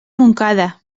montcada